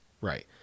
Right